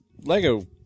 Lego